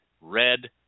red